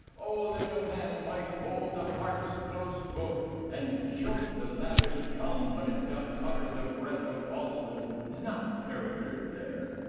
o, that a man might hold the heart's close book and choke the lavish tongue, when it doth utter the breath of falsehood not charactered there!